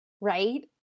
Right